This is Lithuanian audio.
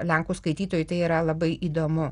lenkų skaitytojui tai yra labai įdomu